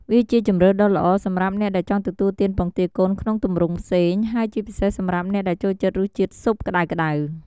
វាជាជម្រើសដ៏ល្អសម្រាប់អ្នកដែលចង់ទទួលទានពងទាកូនក្នុងទម្រង់ផ្សេង ហើយជាពិសេសសម្រាប់អ្នកដែលចូលចិត្តរសជាតិស៊ុបក្តៅៗ។